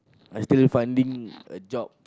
I still finding a job